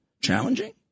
challenging